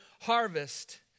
harvest